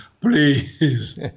Please